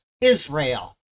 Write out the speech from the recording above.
Israel